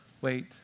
wait